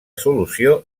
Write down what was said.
solució